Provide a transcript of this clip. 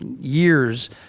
years